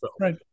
Right